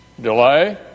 Delay